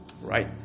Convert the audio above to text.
Right